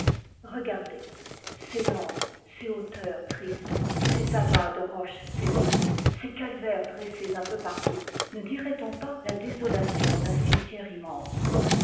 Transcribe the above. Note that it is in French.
regardez ces landes ces hauteurs tristes ces amas de roches stériles ces calvaires dressés un peu partout ne dirait-on pas la désolation d'un cimetière immense